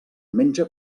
menja